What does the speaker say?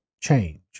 change